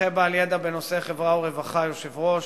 מומחה בעל ידע בנושא חברה ורווחה, יושב-ראש.